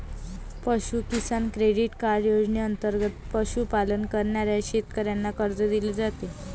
पशु किसान credit card योजनेंतर्गत पशुपालन करणाऱ्या शेतकऱ्यांना कर्ज दिले जाते